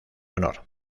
honor